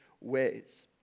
ways